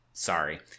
Sorry